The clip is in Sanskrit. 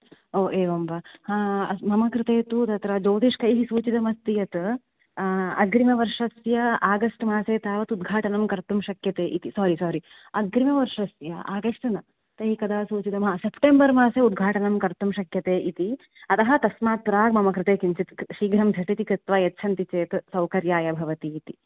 हो एवं वा मम कृते तु तत्र ज्योतिष्कैः सूचितमस्ति यत् अग्रिमवर्षस्य आगस्ट् मासे तावत् उद्घाटनं कर्तुं शक्यते इति सोरि सोरि अग्रिमवर्षस्य आगस्ट् न तैः कदा सूचितं सेप्टम्बर् मासे उद्घाटनं कर्तुं शक्यते इति अतः तस्मात् प्राक् मम कृते किञ्चित् शीघ्रं झटिति कृत्वा यच्छन्ति चेत् सौकर्याय भवति इति